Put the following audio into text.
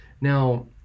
Now